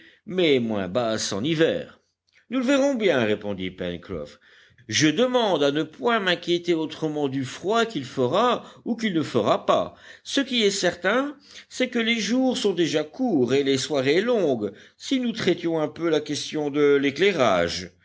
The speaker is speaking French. mais moins basse en hiver nous le verrons bien répondit pencroff je demande à ne point m'inquiéter autrement du froid qu'il fera ou qu'il ne fera pas ce qui est certain c'est que les jours sont déjà courts et les soirées longues si nous traitions un peu la question de l'éclairage